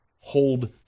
hold